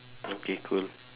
okay cool